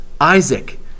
Isaac